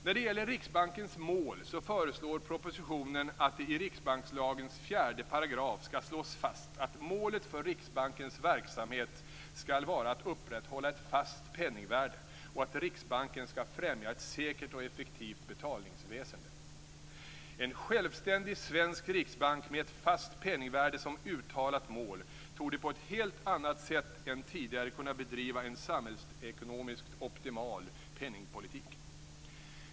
När det gäller Riksbankens mål föreslås det i propositionen att det i riksbankslagens 4 § skall slås fast att målet för Riksbankens verksamhet skall vara att upprätthålla ett fast penningvärde och att Riksbanken skall främja ett säkert och effektivt betalningsväsende. En självständig svensk riksbank med ett fast penningvärde som uttalat mål torde på ett helt annat sätt än tidigare kunna bedriva en samhällsekonomiskt optimal penningpolitik.